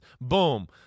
boom